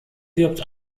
wirbt